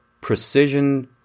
precision